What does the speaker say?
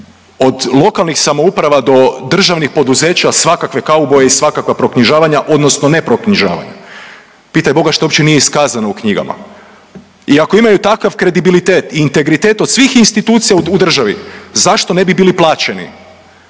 od lokalnih samouprava do državnih poduzeća svakakve kauboje i svakakva proknjižavanja odnosno neproknjižavanja. Pitaj Boga što uopće nije iskazano u knjigama. I ako imaju kredibilitet i integritet od svih institucija u državi, zašto ne bi bili plaćeni?